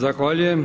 Zahvaljujem.